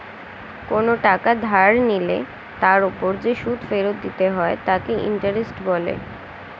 কোনো টাকা ধার নিলে তার উপর যে সুদ ফেরত দিতে হয় তাকে ইন্টারেস্ট বলে